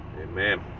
amen